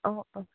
অঁ অঁ